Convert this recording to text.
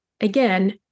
again